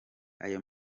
ayo